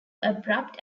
abrupt